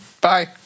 Bye